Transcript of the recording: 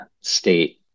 state